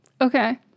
okay